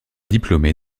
diplômé